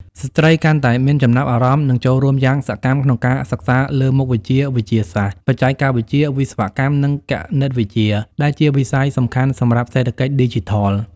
ស្ត្រីកាន់តែមានចំណាប់អារម្មណ៍និងចូលរួមយ៉ាងសកម្មក្នុងការសិក្សាលើមុខវិជ្ជាវិទ្យាសាស្ត្រ បច្ចេកវិទ្យា វិស្វកម្ម និងគណិតវិទ្យា ដែលជាវិស័យសំខាន់សម្រាប់សេដ្ឋកិច្ចឌីជីថល។